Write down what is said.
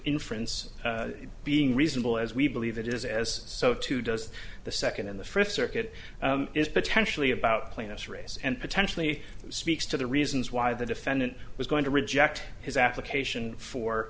inference being reasonable as we believe it is as so too does the second in the fifth circuit is potentially about plaintiff's race and potentially speaks to the reasons why the defendant was going to reject his application for